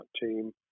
team